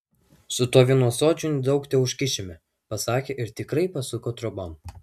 su tuo vienu ąsočiu nedaug teužkišime pasakė ir tikrai pasuko trobon